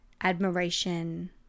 admiration